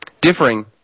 differing